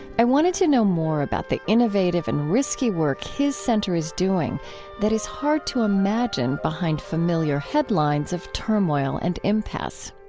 i wanted to know more about the innovative and risky work his center is doing that is hard to imagine behind familiar headlines of turmoil and impasse.